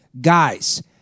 Guys